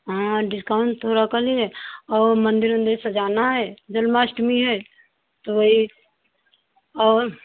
हाँ डिस्काउंट थोड़ा कर लीजिए औ मंदिर वंदिर सजाना है जन्माष्टमी है तो वही और